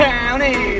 County